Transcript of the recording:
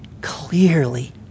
clearly